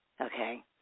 okay